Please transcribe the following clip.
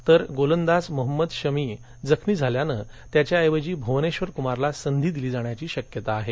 तर गोलंदाज मोहम्मद शमी जखमी झाल्यानं त्याच्याऐवजी भुवनेश्वरकुमारला संधी दिली जाण्याची शक्यता आहे